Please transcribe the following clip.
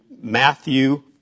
Matthew